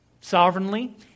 sovereignly